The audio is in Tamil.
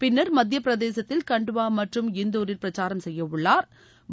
பின்னா் மத்தியப்பிரதேசத்தில் கண்ட்வா மற்றும் இந்தூரில் பிரச்சாரம் செய்ய உள்ளாா்